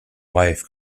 wife